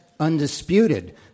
undisputed